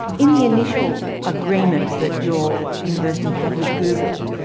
in the initial agreement that your university had with google,